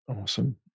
awesome